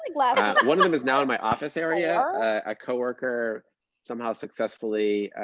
like like but one of them is now in my office area. a co-worker somehow successfully